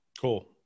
Cool